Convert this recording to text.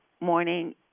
morning